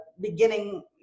beginning